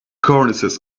cornices